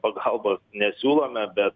pagalbos nesiūlome bet